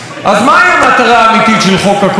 אז מהי המטרה האמיתית של חוק הקולנוע,